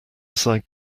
aside